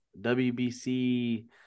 WBC